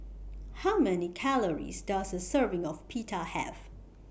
How Many Calories Does A Serving of Pita Have